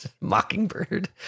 Mockingbird